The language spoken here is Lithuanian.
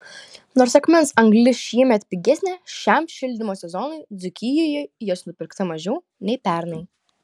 nors akmens anglis šiemet pigesnė šiam šildymo sezonui dzūkijoje jos nupirkta mažiau nei pernai